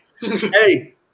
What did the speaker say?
hey